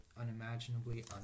unimaginably